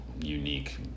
unique